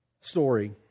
story